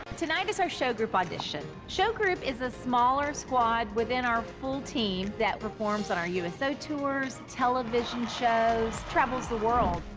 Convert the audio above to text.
tonight is our show group audition. show group is a smaller squad within our full team that performs on our uso tours, television shows, travels the world.